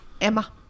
Emma